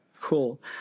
Cool